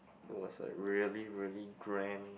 it was a really really grand